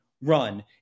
run